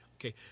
okay